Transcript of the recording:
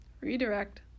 Redirect